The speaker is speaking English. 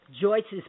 Joyce's